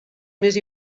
més